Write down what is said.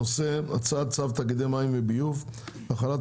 הנושא: הצעת צו תאגידי מים וביוב (החלת